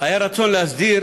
היה רצון להסדיר